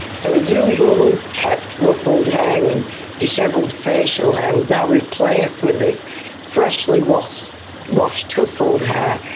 so his usual unkempt ruffled hair and dishevelled facial hair was now replaced with this freshly washed washed tussled hair,